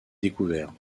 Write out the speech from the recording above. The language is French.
découvert